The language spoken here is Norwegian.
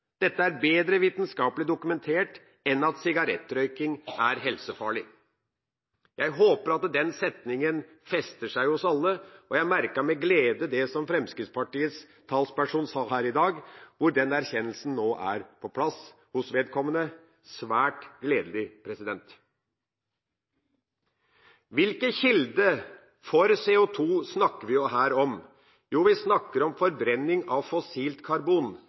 dette er bedre vitenskapelig dokumentert enn at sigarettrøyking er helsefarlig. Jeg håper at den setninga festner seg hos alle, og jeg merket meg med glede det som Fremskrittspartiets talsperson sa her i dag, og at den erkjennelsen nå er på plass hos vedkommende – svært gledelig. Hvilken kilde for CO2 snakker vi her om? Jo, vi snakker om forbrenning av fossilt karbon.